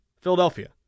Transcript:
Philadelphia